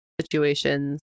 situations